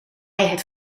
het